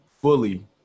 fully